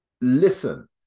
listen